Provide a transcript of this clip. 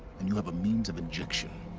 and you have a means of injection.